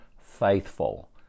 faithful